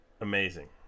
Amazing